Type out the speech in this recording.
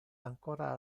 ancora